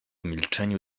milczeniu